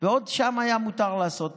ושם עוד היה מותר לעשות